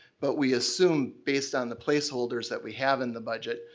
but we assume, based on the placeholders that we have in the budget,